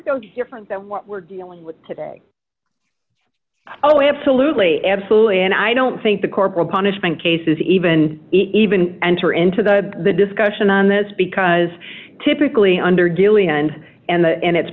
those different than what we're dealing with today oh absolutely absolutely and i don't think the corporal punishment cases even even enter into the discussion on this because typically under dealing and and it's